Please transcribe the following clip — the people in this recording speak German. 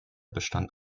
bestand